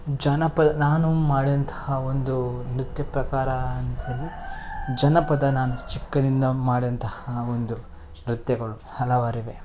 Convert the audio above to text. ಜಾನಪದ ನಾನು ಮಾಡಿದಂತಹ ಒಂದು ನೃತ್ಯ ಪ್ರಕಾರ ಅಂತೇಳಿ ಜಾನಪದ ನಾನು ಚಿಕ್ಕದಿಂದ ಮಾಡಿದಂತಹ ಒಂದು ನೃತ್ಯಗಳು ಹಲವಾರಿವೆ